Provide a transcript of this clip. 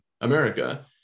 America